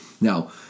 Now